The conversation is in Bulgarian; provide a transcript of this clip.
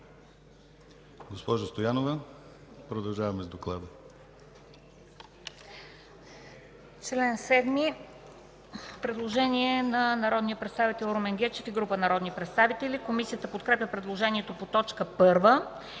Госпожо Стоянова, продължаваме с доклада.